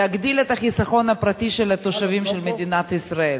להגדיל את החיסכון הפרטי של תושבי מדינת ישראל.